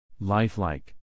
Life-like